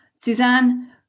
Suzanne